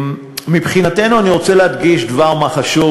מבחינתנו אני רוצה להדגיש דבר-מה חשוב